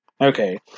Okay